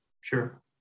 sure